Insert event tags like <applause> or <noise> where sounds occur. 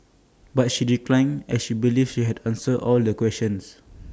but she declined as she believes she had answered all the questions <noise>